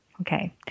okay